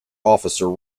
officer